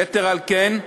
יתר על כן,